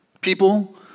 people